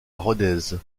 rodez